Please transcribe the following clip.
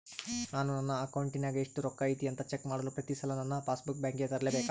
ನಾನು ನನ್ನ ಅಕೌಂಟಿನಾಗ ಎಷ್ಟು ರೊಕ್ಕ ಐತಿ ಅಂತಾ ಚೆಕ್ ಮಾಡಲು ಪ್ರತಿ ಸಲ ನನ್ನ ಪಾಸ್ ಬುಕ್ ಬ್ಯಾಂಕಿಗೆ ತರಲೆಬೇಕಾ?